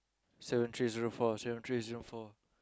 Zero three zero four